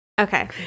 Okay